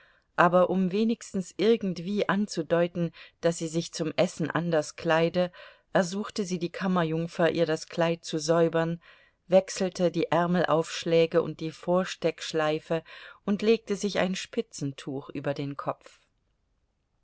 aber um wenigstens irgendwie anzudeuten daß sie sich zum essen anders kleide ersuchte sie die kammerjungfer ihr das kleid zu säubern wechselte die ärmelaufschläge und die vorsteckschleife und legte sich ein spitzentuch über den kopf